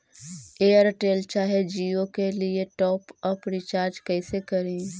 Airtel चाहे जियो के लिए टॉप अप रिचार्ज़ कैसे करी?